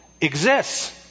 exists